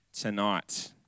tonight